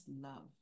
love